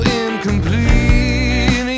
incomplete